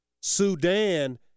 Sudan